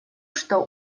что